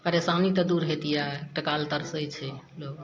परेशानी तऽ दूर होइतियै टाका लए तरसय छै लोक